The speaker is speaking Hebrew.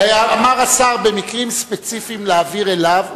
אמר השר, במקרים ספציפיים להעביר אליו.